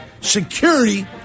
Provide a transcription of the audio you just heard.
Security